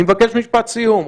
אני מבקש משפט סיום.